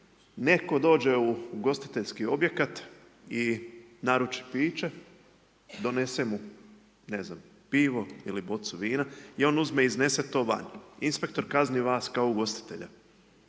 netko dođe u ugostiteljski objekat i naruči piće, donese mu ne znam pivo ili bocu vina i on uzme, iznese to van, inspektor kazni vas kao ugostitelja.